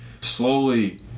slowly